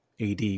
AD